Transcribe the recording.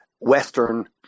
Western